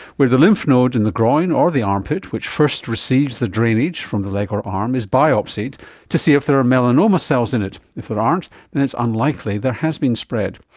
where the lymph node in the groin or the armpit which first receives the drainage from the leg or arm is biopsied to see if there are melanoma cells in it. if there aren't then it's unlikely there has been spread.